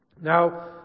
Now